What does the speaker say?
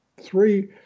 three